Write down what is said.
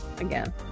again